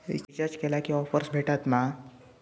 Recharge केला की offers भेटात मा?